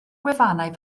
gwefannau